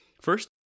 First